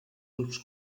grups